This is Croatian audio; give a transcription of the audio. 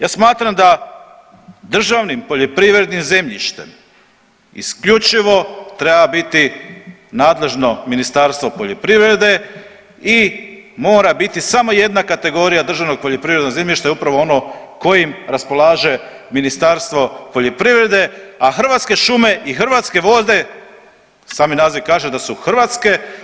Ja smatram da državnim poljoprivrednim zemljištem isključivo treba biti nadležno Ministarstvo poljoprivrede i mora biti samo jedna kategorija državnog poljoprivrednog zemljišta je upravo ono kojim raspolaže Ministarstvo poljoprivrede, a Hrvatske šume i Hrvatske vode sami naziv kaže da su hrvatske.